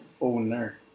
Owner